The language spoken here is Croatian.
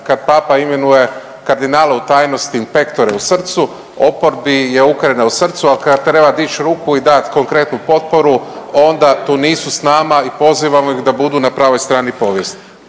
kad papa imenuje kardinala u tajnosti in pectore u srcu oporbi je Ukrajina u srcu, ali kada treba dići ruku i dati konkretnu potporu onda tu nisu sa nama i pozivamo ih da budu na pravoj strani povijesti.